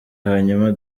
hanyuma